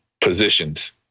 positions